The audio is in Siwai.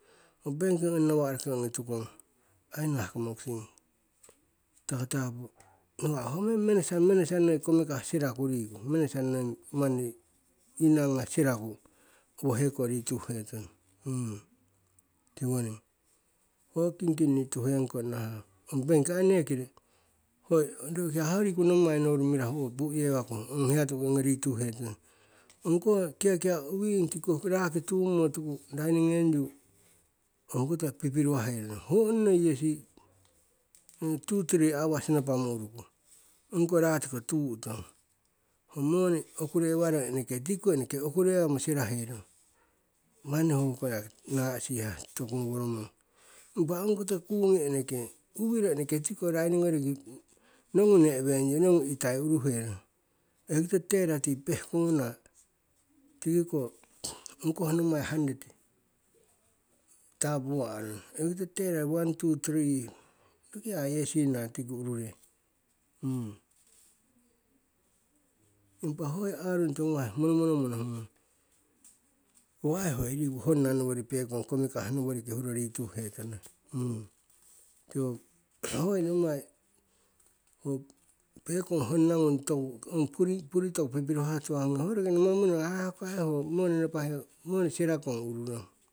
Ho benki ong nawa'roki ongi tukong ai nahah ko mokusing tatapu nawa'ho meng manager noi komikah siraku riku owoheko rituhetong, tiwoning. Ho kingking ni tuhengkong, tiwoning. Ho kingking nii tuheng kong nahah ong benki aii neeki hoi hoiya riku nommai mirahu owo pu'yewaku ong hiya tu'ki rituh hetong. Ongkoh kiakia' uwing tiki raki tum'otuku ong koto rainingenyu ho koto pipiruhaherong. Ho ong nei yesi tu, tri hours napamo uruku, ongiko ra tiko tu'tong. Ho moni okurewarong tikiko eneke okurewaherong, manni hoko naa'sihah toku ngoworomong. Impa ongikoto kungi eneke uwiro eneke tiko raini gnoriki ngongu ne'wengyu nongu itaiuruherong. Oikoto teller tii pehkonguna tikiko ongkoh nommai ho hundred tapuwa'rong, oikoto teller, one, two, three roki ya yesina tiki urure. impa ho yii arung tiwo ngawah monomonomo nohungong, ho ai hoi riku honna noworiki pekong komikah noworiki huro rituh'etono. Tiko hoi nommai ho pekong honna ngung toku ong puri toku pipiruhah tuhah ngung ho roki nahamo uruherong hoko ai ho moni napahe moni sirakong ururong.